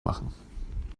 machen